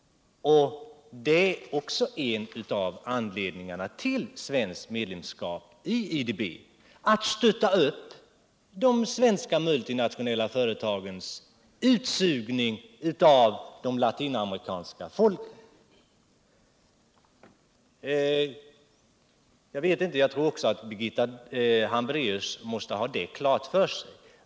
Och det är en av anledningarna till svenskt medlemskap i IDB — att stötta upp de svenska multinationella företagens utsugning av de latinamerikanska folken. Också Birgitta Hambraeus måste ha detta klart för sig.